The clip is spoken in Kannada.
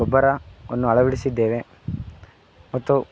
ಗೊಬ್ಬರವನ್ನು ಅಳವಡಿಸಿದ್ದೇವೆ ಮತ್ತು